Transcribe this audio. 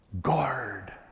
Guard